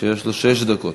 שיש לו שש דקות.